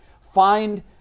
find